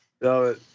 No